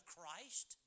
Christ